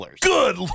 Good